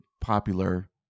popular